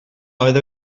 oedd